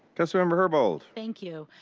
council member herbold. thank you.